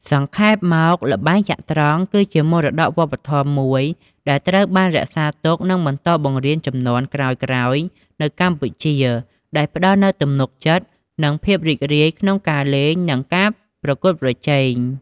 សង្ខេបមកល្បែងចត្រង្គគឺជាមរតកវប្បធម៌មួយដែលត្រូវបានរក្សាទុក និងបន្តបង្រៀនជំនាន់ក្រោយៗនៅកម្ពុជា ដោយផ្តល់នូវទំនុកចិត្ត និងភាពរីករាយក្នុងការលេង និងការប្រកួតប្រជែង។